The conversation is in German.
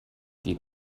die